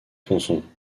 tronçon